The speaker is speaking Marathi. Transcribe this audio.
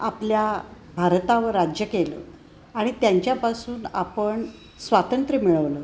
आपल्या भारतावर राज्य केलं आणि त्यांच्यापासून आपण स्वातंत्र्य मिळवलं